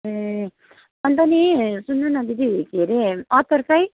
ए अनि त नि सुन्नु न दिदी के अरे अचार चाहिँ